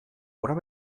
oder